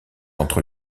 entre